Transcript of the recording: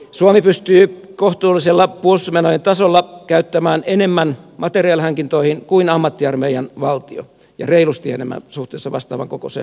suomi pystyy kohtuullisella puolustusmenojen tasolla käyttämään enemmän materiaalihankintoihin kuin ammattiarmeijan valtio ja reilusti enemmän suhteessa vastaavankokoiseen maahan